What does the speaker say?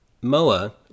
MOA